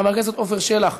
חבר הכנסת עפר שלח,